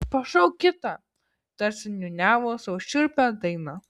pašauk kitą tarsi niūniavo savo šiurpią dainą